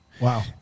Wow